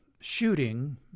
shooting